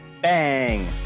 Bang